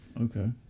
Okay